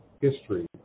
history